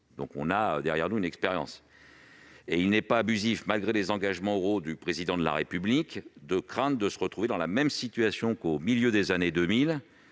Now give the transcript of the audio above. honorer ses échéances. Il n'est donc pas abusif, malgré les engagements oraux du Président de la République, de craindre de se retrouver dans la même situation qu'au milieu des années 2000,